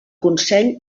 consell